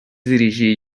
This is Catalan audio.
dirigir